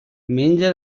menja